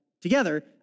together